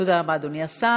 תודה רבה, אדוני השר.